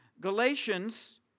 Galatians